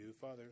Father